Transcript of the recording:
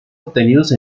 obtenidos